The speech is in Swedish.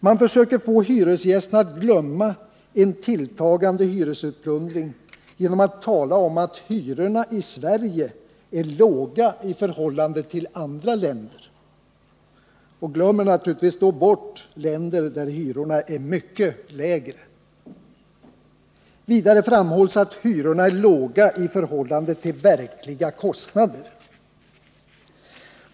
Man försöker få hyresgästerna att glömma en tilltagande hyresutplundring genom att tala om att hyrorna i Sverige är låga i förhållande till hyrorna i andra länder och glömmer naturligtvis då bort länder där hyrorna är mycket lägre. Vidare framhålls att hyrorna är låga i förhållande till verkliga kostnader.